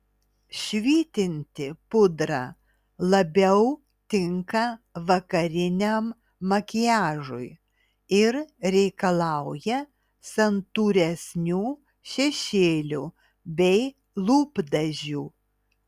švytinti pudra labiau tinka vakariniam makiažui ir reikalauja santūresnių šešėlių bei lūpdažių